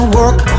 work